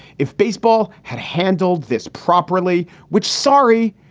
if baseball had handled this properly, which sorry,